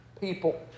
people